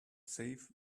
save